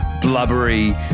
blubbery